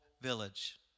village